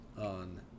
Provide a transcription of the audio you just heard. on